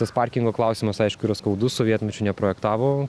tas parkingo klausimas aišku yra skaudus sovietmečiu neprojektavo